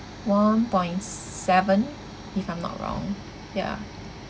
one point seven if I'm not wrong ya